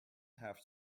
have